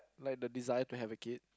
like the desire to have a kid